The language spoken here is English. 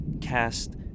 cast